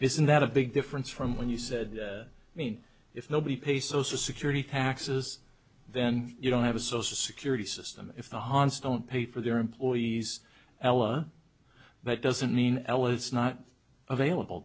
isn't that a big difference from when you said i mean if nobody pays social security taxes then you don't have a social security system if the hans don't pay for their employees ella but doesn't mean well it's not available